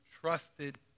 trusted